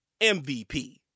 mvp